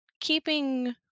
keeping